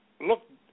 look